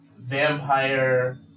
vampire